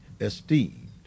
esteemed